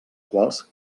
quals